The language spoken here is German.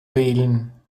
wählen